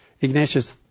Ignatius